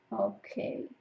Okay